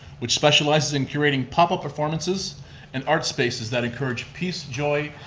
which specializes in curating pop up performances and art spaces that encourage peace, joy,